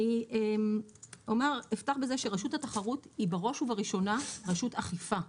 אני אפתח בזה שרשות התחרות היא בראש ובראשונה רשות אכיפה.